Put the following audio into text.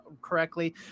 correctly